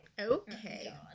Okay